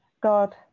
God